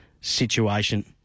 situation